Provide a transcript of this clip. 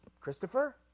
Christopher